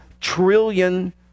trillion